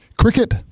cricket